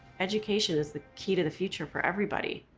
education is the key to the future for everybody.